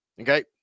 Okay